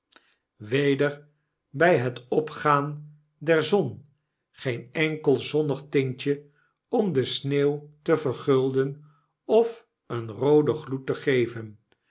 weder by het opgaan der zon geen enkel zonnig tintje om de sneeuw te verguld en of een rooden gloed te geven